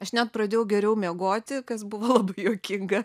aš net pradėjau geriau miegoti kas buvo labai juokinga